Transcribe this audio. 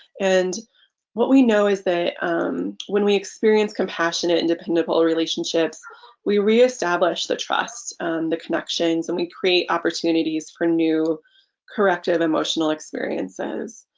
and what we know is that when we experience compassionate and dependable relationships we reestablish the trust the connections and we create opportunities for new corrective emotional experiences.